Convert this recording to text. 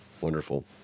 wonderful